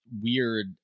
weird